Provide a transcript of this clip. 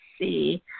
see